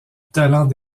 talent